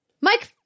Mike